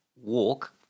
walk